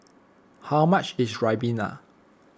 how much is Ribena